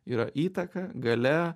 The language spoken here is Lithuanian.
yra įtaka galia